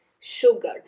sugar